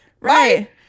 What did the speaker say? Right